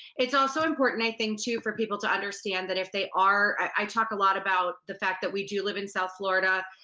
it's also important, i think too, for people to understand that if they are, i talk a lot about the fact that we do live in south florida.